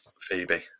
Phoebe